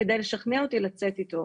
על מנת לשכנע אותי לצאת איתו.